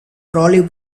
trolley